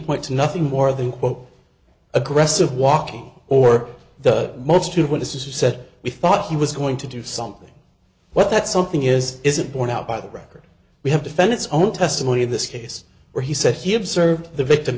point to nothing more than quote aggressive walking or the most when this is he said he thought he was going to do something what that something is isn't borne out by the record we have defendant's own testimony in this case where he said he observed the victim